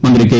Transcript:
മന്ത്രി കെ